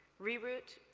reroute,